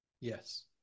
Yes